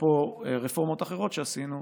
אפרופו רפורמות אחרות שעשינו,